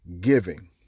Giving